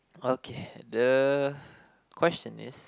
okay the question is